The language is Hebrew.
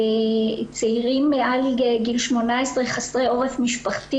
צעירים מעל גיל 18 חסרי עורף משפחתי